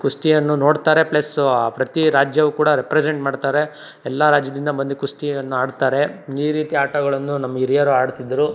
ಕುಸ್ತಿಯನ್ನು ನೋಡ್ತಾರೆ ಪ್ಲಸ್ಸು ಆ ಪ್ರತಿ ರಾಜ್ಯವೂ ಕೂಡ ರೆಪ್ರೆಸೆಂಟ್ ಮಾಡ್ತಾರೆ ಎಲ್ಲ ರಾಜ್ಯದಿಂದ ಬಂದು ಕುಸ್ತಿಯನ್ನು ಆಡ್ತಾರೆ ಈ ರೀತಿ ಆಟಗಳನ್ನು ನಮ್ಮ ಹಿರಿಯರು ಆಡ್ತಿದ್ದರು